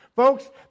Folks